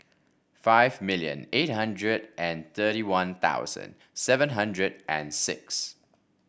five million eight hundred and thirty One Thousand seven hundred and six